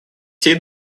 всей